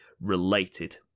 related